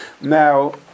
now